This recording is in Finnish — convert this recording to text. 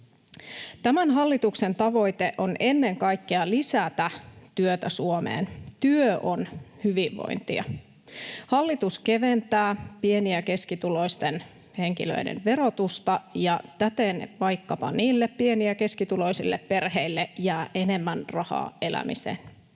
Tämän hallituksen tavoite on ennen kaikkea lisätä työtä Suomeen. Työ on hyvinvointia. Hallitus keventää pieni- ja keskituloisten henkilöiden verotusta, ja täten vaikkapa niille pieni- ja keskituloisille perheille jää enemmän rahaa elämiseen.